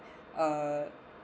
uh